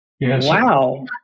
Wow